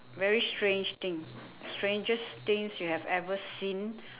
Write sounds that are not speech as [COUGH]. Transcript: very strange thing strangest things you have ever seen [BREATH]